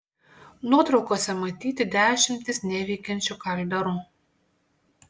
nuotraukose matyti dešimtys neveikiančių kalderų